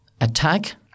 attack